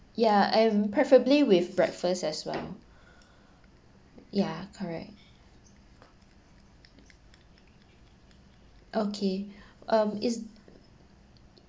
ya and preferably with breakfast as well yeah correct okay um is